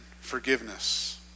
forgiveness